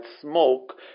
smoke